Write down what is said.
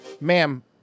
Ma'am